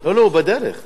הוא בדרך.